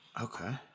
Okay